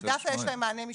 הדסה, יש להם מענה משלהם.